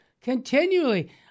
continually